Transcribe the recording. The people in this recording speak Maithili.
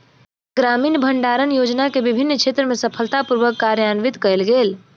ग्रामीण भण्डारण योजना के विभिन्न क्षेत्र में सफलता पूर्वक कार्यान्वित कयल गेल